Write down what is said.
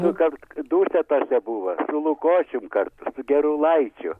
dukart dusetose buvo su lukošium kartu su gerulaičiu